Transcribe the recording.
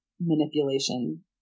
manipulation